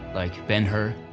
like ben-hur,